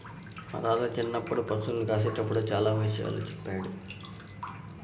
మా తాత చిన్నప్పుడు పశుల్ని కాసేటప్పుడు చానా విషయాలు చెప్పాడు